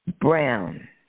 Brown